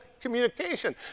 communication